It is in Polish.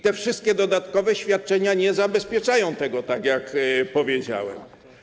Te wszystkie dodatkowe świadczenia nie zabezpieczają tego, tak jak powiedziałem.